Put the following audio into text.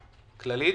כללית.